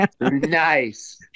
Nice